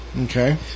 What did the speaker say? Okay